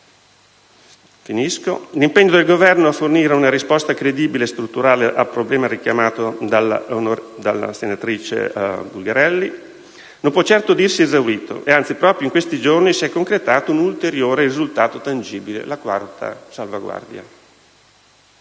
ma l'impegno del Governo a fornire una risposta credibile e strutturale al problema richiamato dalla senatrice interrogante non può certo dirsi esaurito e, anzi, proprio in questi giorni si è concretato in un ulteriore risultato tangibile: la quarta salvaguardia.